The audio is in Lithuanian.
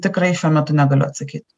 tikrai šiuo metu negaliu atsakyt